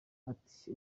ati